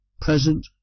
present